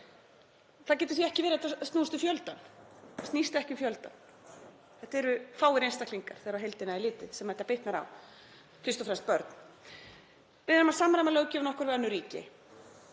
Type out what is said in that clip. Það getur því ekki verið að þetta snúist um fjöldann, þetta snýst ekki um fjöldann. Þetta eru fáir einstaklingar þegar á heildina er litið sem þetta bitnar á, fyrst og fremst börn. Við erum að samræma löggjöfina okkar við önnur ríki